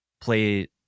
play